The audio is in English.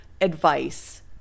advice